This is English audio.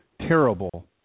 terrible